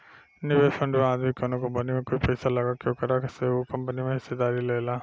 निवेश फंड में आदमी कवनो कंपनी में कुछ पइसा लगा के ओकरा से उ कंपनी में हिस्सेदारी लेला